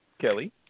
Kelly